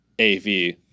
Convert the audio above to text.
AV